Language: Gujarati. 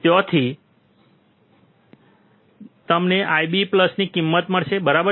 ત્યાંથી તમને IB ની કિંમત મળશે બરાબર